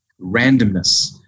Randomness